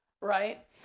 right